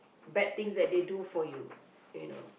bad things that they do for you you know